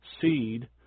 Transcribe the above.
seed